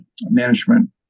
management